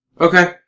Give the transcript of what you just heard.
Okay